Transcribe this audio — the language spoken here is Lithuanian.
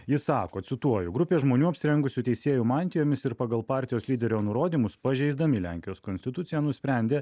jis sako cituoju grupė žmonių apsirengusių teisėjų mantijomis ir pagal partijos lyderio nurodymus pažeisdami lenkijos konstituciją nusprendė